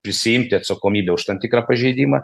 prisiimti atsakomybę už tam tikrą pažeidimą